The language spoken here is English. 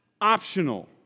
optional